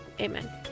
Amen